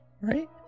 right